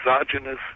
exogenous